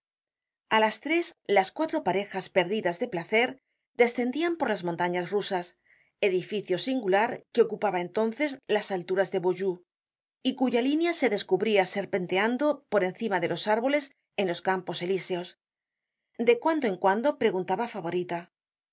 a las tres las cuatro parejas perdidas de placer descendian por las montañas rusas edificio singular que ocupaba entonces las alturas de beaujou y cuya línea se descubria serpenteando por cima de los árboles de los campos elíseos de cuando en cuando preguntaba favorita